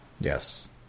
Yes